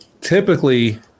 typically